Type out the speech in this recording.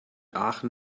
aachen